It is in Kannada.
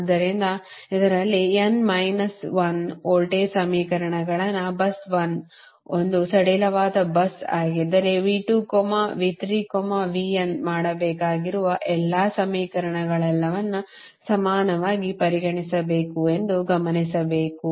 ಆದ್ದರಿಂದ ಇದರಲ್ಲಿ n ಮೈನಸ್ 1 ವೋಲ್ಟೇಜ್ ಸಮೀಕರಣಗಳನ್ನು bus 1 ಒಂದು ಸಡಿಲವಾದ ಬಸ್ ಆಗಿದ್ದರೆ ಮಾಡಬೇಕಾಗಿರುವ ಎಲ್ಲಾ ಸಮೀಕರಣಗಳೆಲ್ಲವನ್ನೂ ಸಮನಾಗಿ ಪರಿಹರಿಸಬೇಕು ಎಂದು ಗಮನಿಸಬೇಕು